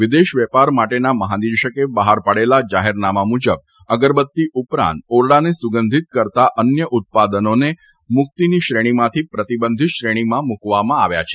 વિદેશ વેપાર માટેના મહાનિદેશકે બહાર પાડેલા જાહેરનામા મુજબ આભાર નિહારીકા રવિયા અગરબત્તી ઉપરાંત ઓરડાને સુગંધીત કરતા અન્ય ઉત્પાદનોને મુક્તની શ્રેણીમાંથી પ્રતિબંધીત શ્રેણીમાં મુકવામાં આવ્યા છે